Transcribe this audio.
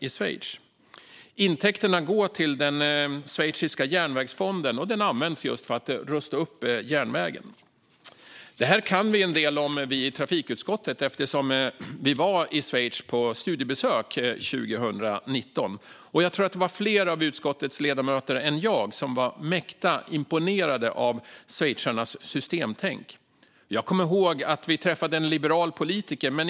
Intäkterna går till den schweiziska järnvägsfonden, som används just till att rusta upp järnvägen. Detta kan vi i trafikutskottet en del om eftersom vi var i Schweiz på studiebesök 2019, och jag tror att det var fler av utskottets ledamöter än jag som var mäkta imponerade av schweizarnas systemtänk. Jag kommer ihåg att vi träffade en liberal politiker.